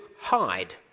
hide